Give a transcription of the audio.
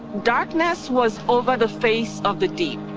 darkness was over the face of the deep.